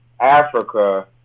Africa